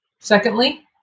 Secondly